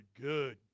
good